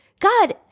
God